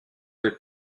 des